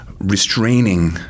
restraining